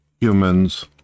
Humans